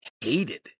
hated